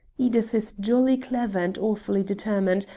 edith is jolly clever and awfully determined,